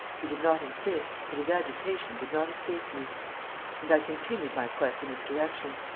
he did not insist, but his agitation did not escape me and i continued my quest in this direction.